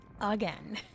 again